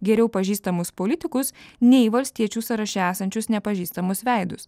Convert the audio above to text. geriau pažįstamus politikus nei valstiečių sąraše esančius nepažįstamus veidus